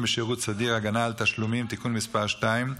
בשירות סדיר (הגנה על תשלומים) (תיקון מס' 2),